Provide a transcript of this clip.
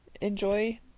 Enjoy